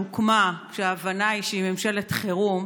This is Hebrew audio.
שהוקמה כשההבנה היא שהיא ממשלת חירום,